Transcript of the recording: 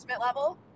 level